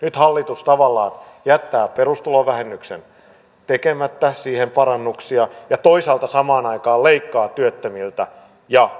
nyt hallitus tavallaan jättää perusvähennykseen tekemättä parannuksia ja toisaalta samaan aikaan leikkaa työttömiltä ja eläkeläisiltä